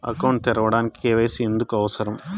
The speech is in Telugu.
అకౌంట్ తెరవడానికి, కే.వై.సి ఎందుకు అవసరం?